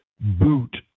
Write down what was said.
boot